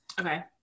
Okay